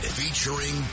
featuring